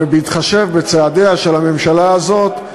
ובהתחשב בצעדיה של הממשלה הזאת,